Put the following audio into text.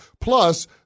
Plus